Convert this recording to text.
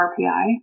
RPI